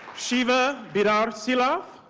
shiva bidar-sielaff,